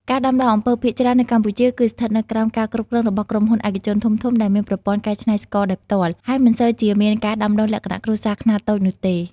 ការដាំដុះអំពៅភាគច្រើននៅកម្ពុជា គឺស្ថិតនៅក្រោមការគ្រប់គ្រងរបស់ក្រុមហ៊ុនឯកជនធំៗ ដែលមានប្រព័ន្ធកែច្នៃស្ករដោយផ្ទាល់ ហើយមិនសូវជាមានការដាំដុះលក្ខណៈគ្រួសារខ្នាតតូចនោះទេ។